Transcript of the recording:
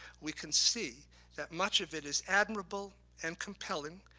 we can see that much of it is admirable and compelling,